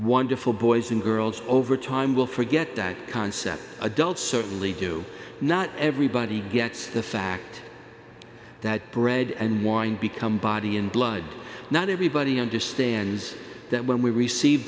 wonderful boys and girls over time will forget that concept adults certainly do not everybody gets the fact that bread and wine become body and blood not everybody understands that when we receive